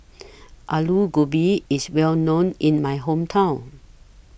Alu Gobi IS Well known in My Hometown